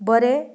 बरें